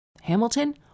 Hamilton